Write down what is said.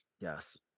yes